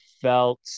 felt